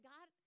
God